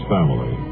Family